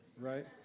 Right